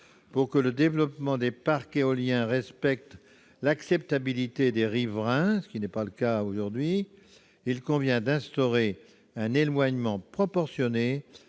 pour que le développement des parcs éoliens respecte l'acceptabilité des riverains, ce qui n'est pas le cas aujourd'hui, il convient d'instaurer un éloignement proportionné